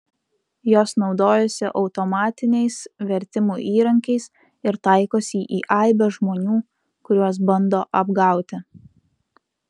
jos naudojasi automatiniais vertimų įrankiais ir taikosi į aibę žmonių kuriuos bando apgauti